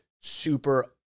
super